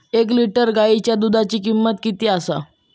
एक लिटर गायीच्या दुधाची किमंत किती आसा?